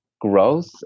growth